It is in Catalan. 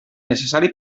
necessari